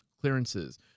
clearances